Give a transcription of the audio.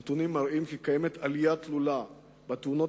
הנתונים מראים כי יש עלייה תלולה במספר התאונות